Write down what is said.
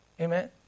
Amen